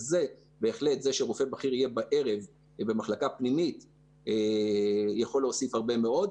ובהחלט זה שרופא בכיר יהיה בערב במחלקה פנימית יכול להוסיף הרבה מאוד,